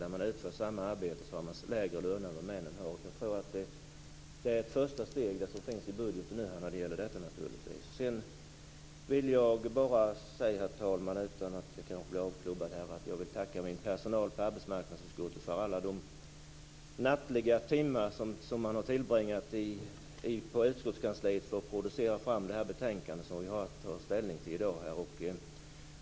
Även om de utför samma arbete, har de lägre löner än männen. Ett första steg i den riktningen finns nu i budgeten. Sedan vill jag bara, herr talman, tacka personalen på arbetsmarknadsutskottet för alla de nattliga timmar som den har tillbringat på utskottskansliet för att producera det betänkande som vi i dag har att ta ställning till.